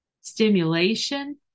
stimulation